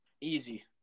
Easy